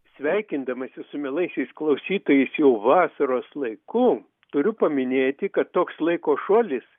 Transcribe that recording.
sveikindamasis su mielaisiais klausytojais jau vasaros laiku turiu paminėti kad toks laiko šuolis